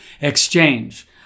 exchange